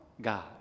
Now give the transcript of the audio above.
God